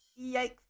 yikes